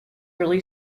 early